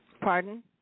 Pardon